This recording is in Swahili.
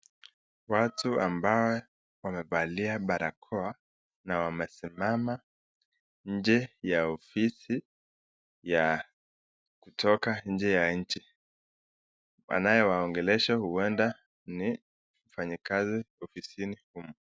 Watu ambao wamevalia barakoa na wamesimama nje ya ofisi ya kutoka nje ya nchi. Anayewaongelesha ueda ni mfanyikazi ofisi humo.